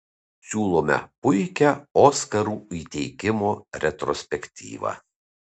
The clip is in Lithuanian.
siūlome puikią oskarų įteikimo retrospektyvą